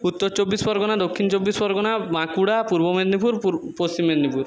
Uttar Chabbish Pargana Dakshin Chabbish Pargana Bankura Purba Medinipur Paschim Medinipur